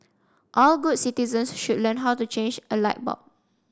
all good citizens should learn how to change a light bulb